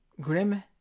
Grim